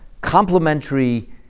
complementary